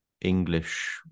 English